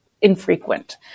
infrequent